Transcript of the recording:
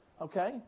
okay